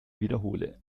wiederhole